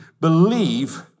believe